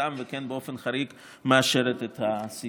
לקראתם ובאופן חריג כן מאשרת את הסיוע.